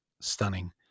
stunning